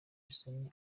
isoni